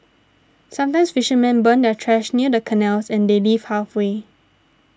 sometimes fishermen burn their trash near the canals and they leave halfway